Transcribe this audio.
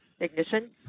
Ignition